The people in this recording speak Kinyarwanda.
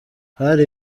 hari